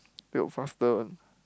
faster one